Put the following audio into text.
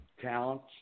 talents